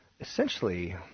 essentially